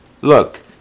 look